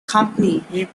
company